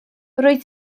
rwyt